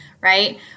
right